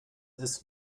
ist